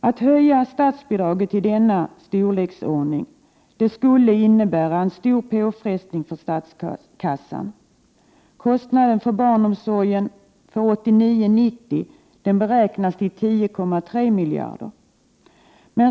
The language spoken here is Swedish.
Att höja statsbidraget till denna storleksordning skulle innebära en stor påfrestning på statskassan. Kostnaden för barnomsorgen beräknas för 1989/90 uppgå till 10,3 miljarder.